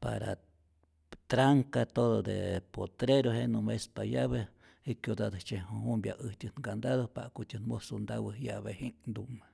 para tranca todo de potrero jenä mespa llave, jikyotatäjtzye jumpya äjtyän nkandado ja'kutyät musu ntawä llaveji'nhtumä.